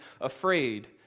afraid